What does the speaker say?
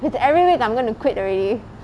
if every week I'm going to quit already